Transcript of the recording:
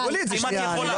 אם את יכולה.